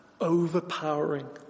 overpowering